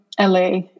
LA